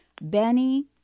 Benny